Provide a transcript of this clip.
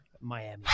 Miami